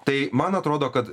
tai man atrodo kad